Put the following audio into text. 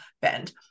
bend